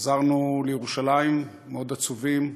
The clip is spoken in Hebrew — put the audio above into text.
חזרנו לירושלים מאוד עצובים,